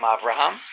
Abraham